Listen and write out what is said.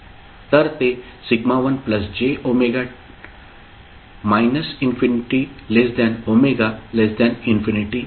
तर ते σ1 jω −∞ ω ∞ आहे